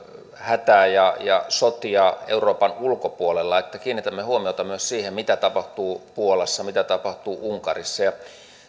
hätää ja ja sotia euroopan ulkopuolella että kiinnitämme huomiota myös siihen mitä tapahtuu puolassa mitä tapahtuu unkarissa